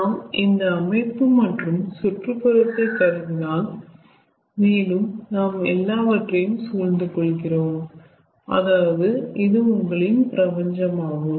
நாம் இந்த அமைப்பு மற்றும் சுற்றுப்புறத்தை கருதினால் மேலும் நாம் எல்லாவற்றையும் சூழ்ந்து கொள்கிறோம் அதாவது இது உங்களின் பிரபஞ்சம் ஆகும்